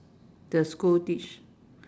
the school teach